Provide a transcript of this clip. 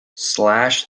slash